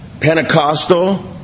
Pentecostal